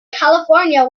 california